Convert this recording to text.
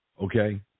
okay